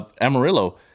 Amarillo